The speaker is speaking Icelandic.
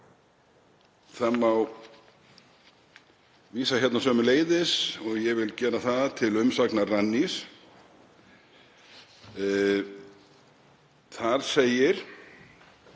Það má vísa sömuleiðis, og ég vil gera það, til umsagnar Rannís. Þar segir,